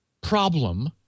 problem